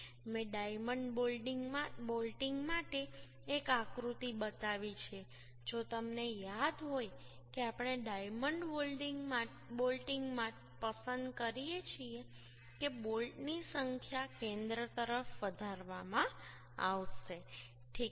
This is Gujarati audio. મેં ડાયમંડ બોલ્ટિંગ માટે એક આકૃતિ બતાવી છે જો તમને યાદ હોય કે આપણે ડાયમંડ બોલ્ટિંગ પસંદ કરીએ છીએ કે બોલ્ટની સંખ્યા કેન્દ્ર તરફ વધારવામાં આવશે ઠીક છે